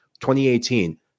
2018